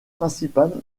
principale